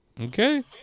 Okay